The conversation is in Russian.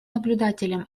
наблюдателем